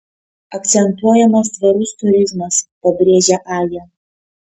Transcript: akcentuojamas tvarus turizmas pabrėžia aja